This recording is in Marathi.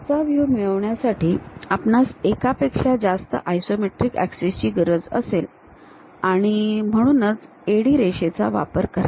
वरचा व्ह्यू मिळवण्याकरिता आपणास एकापेक्षा जास्त आयसोमेट्रिक ऍक्सिस ची गरज असेल आणि म्हणूंचह AD रेषेचा वापर करा